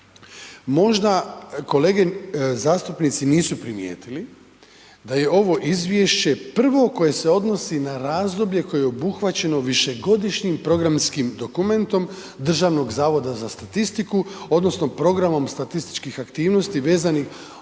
Možda kolege zastupnici nisu primijetili da je ovo izvješće prvo koje se odnosi na razdoblje koje je obuhvaćeno višegodišnjim programskim dokumentom Državnog zavoda za statistiku odnosno programom statističkih aktivnosti vezanih